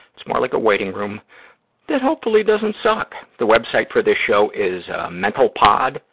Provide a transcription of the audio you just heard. it's more like a waiting room that hopefully doesn't suck. the web site for this show is, ah, mentalpod.